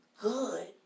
good